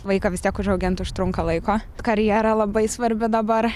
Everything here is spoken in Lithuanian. vaiką vis tiek užaugint užtrunka laiko karjera labai svarbi dabar